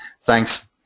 Thanks